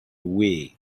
wii